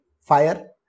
fire